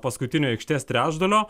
paskutinio aikštės trečdalio